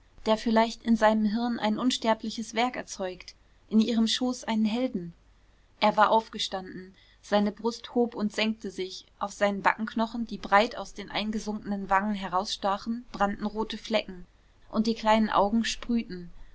der vielleicht in seinem hirn ein unsterbliches werk erzeugt in ihrem schoß einen helden er war aufgestanden seine brust hob und senkte sich auf seinen backenknochen die breit aus den eingesunkenen wangen herausstachen brannten rote flecken und die kleinen augen sprühten